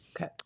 Okay